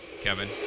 Kevin